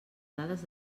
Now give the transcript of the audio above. dades